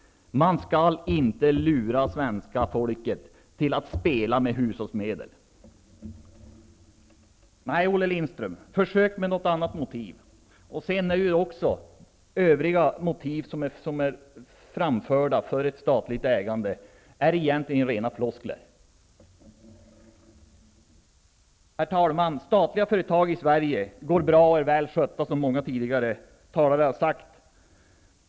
Man skall inte lura svenska folket till att spela med hushållsmedel! Nej, Olle Lindström, försök med något annat motiv. Övriga motiv som har framförts för ett privat ägande är egentligen rena floskler. Herr talman! Statliga företag går bra och är väl skötta, som många talare före mig har sagt.